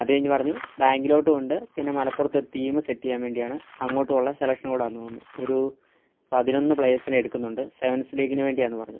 അത് കഴിഞ്ഞ് പറഞ്ഞു ബാങ്കിലോട്ടും ഉണ്ട് പിന്നെ മലപ്പുറത്ത് ഒരു ടീമ് സെറ്റെയ്യാൻ വേണ്ടിയാണ് അങ്ങോട്ടും ഉള്ള സെലക്ഷനും കൂടെ ആന്ന് തോന്നുന്നു ഒരു പതിനൊന്ന് പ്ലെയേഴ്സിനെ എടുക്കുന്നുണ്ട് സെവൻസ് ലീഗിന് വേണ്ടിയാന്ന് പറഞ്ഞു